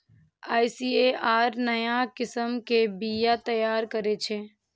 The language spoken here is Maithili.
आई.सी.ए.आर नया किस्म के बीया तैयार करै छै